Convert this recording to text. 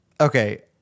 Okay